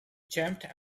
jumped